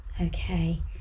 Okay